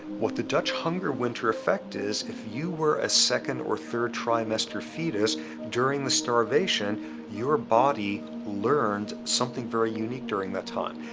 what the dutch hunger winter effect is if you were a second or third trimester fetus during the starvation your body learned something very unique during that time.